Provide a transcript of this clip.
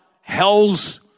hell's